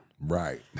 Right